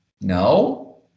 no